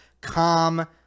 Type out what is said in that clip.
calm